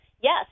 yes